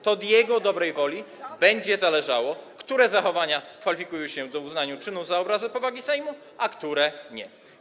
To od jego dobrej woli będzie zależało, które zachowania kwalifikują się do uznania czynu za obrazę powagi Sejmu, a które nie.